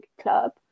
Club